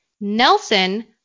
Nelson